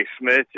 Smith